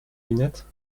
lunettes